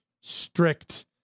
strict